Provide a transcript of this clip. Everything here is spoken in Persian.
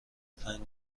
پنج